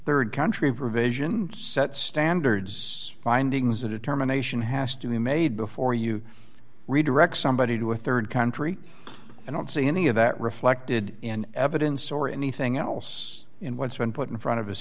rd country provision set standards findings or determination has to be made before you redirect somebody to a rd country i don't see any of that reflected in evidence or anything else in what's been put in front of